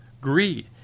greed